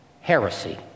heresy